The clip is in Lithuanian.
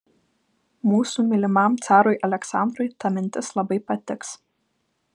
mūsų mylimam carui aleksandrui ta mintis labai patiks